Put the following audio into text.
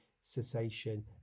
cessation